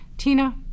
Tina